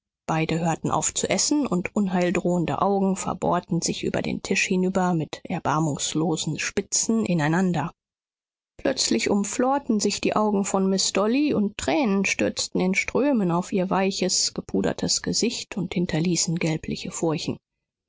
beide hörten auf zu essen und unheildrohende augen verbohrten sich über den tisch hinüber mit erbarmungslosen spitzen ineinander plötzlich umflorten sich die augen von miß dolly und tranen stürzten in strömen auf ihr weiches gepudertes gesicht und hinterließen gelbliche furchen